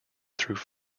through